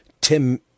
Tim